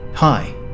Hi